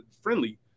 friendly